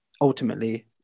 ultimately